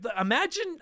imagine